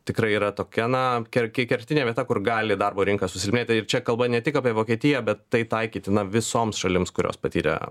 tikrai yra tokia na ker ki kertinė vieta kur gali darbo rinka susilpnėtė ir čia kalba ne tik apie vokietiją bet tai taikytina visoms šalims kurios patyrė